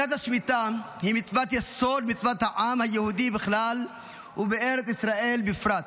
שנת השמיטה היא מצוות יסוד במצוות העם היהודי בכלל ובארץ ישראל בפרט.